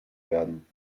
werden